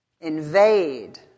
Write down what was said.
Invade